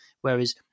Whereas